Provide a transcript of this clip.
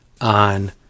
on